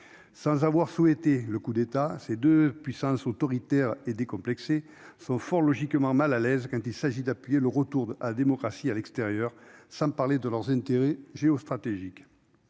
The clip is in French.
Sans avoir souhaité le coup d'État, ces deux puissances autoritaires et décomplexées sont fort logiquement mal à l'aise quand il s'agit d'appuyer le retour à la démocratie à l'extérieur, sans parler de leurs intérêts géostratégiques.